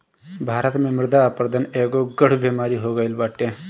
भारत में मृदा अपरदन एगो गढ़ु बेमारी हो गईल बाटे